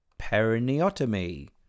perineotomy